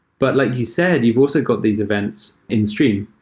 but like you said you've also got these events in stream.